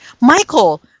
Michael